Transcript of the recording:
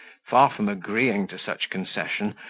far from agreeing to such concession,